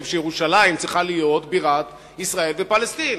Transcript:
שירושלים צריכה להיות בירת ישראל ופלסטין,